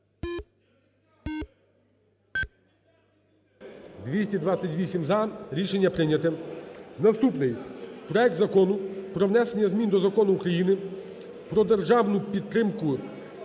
За-228 Рішення прийнято. Наступний: проект Закону про внесення змін до Закону України "Про державну підтримку